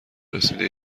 رسیده